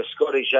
Scottish